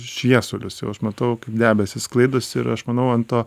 šviesulius jau aš matau debesys sklaidosi ir aš manau ant to